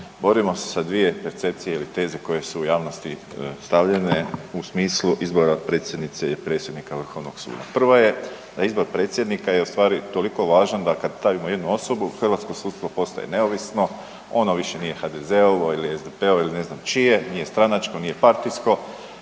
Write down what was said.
borimo se sa dvije percepcije ili teze koje su u javnosti stavljene u smislu izbora predsjednice ili predsjednika Vrhovnog suda. Prva je da je izbor predsjednika je ustvari toliko važan da stavimo jednu osobu, hrvatsko sudstvo postaje neovisno, ono više nije HDZ-ovo ili SDP-ovo ili ne znam čije, nije stranačko, nije partijsko.